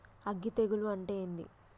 అగ్గి తెగులు అంటే ఏంది?